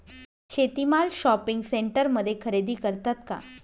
शेती माल शॉपिंग सेंटरमध्ये खरेदी करतात का?